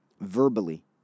verbally